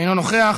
אינו נוכח,